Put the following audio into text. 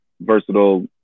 versatile